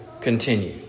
continue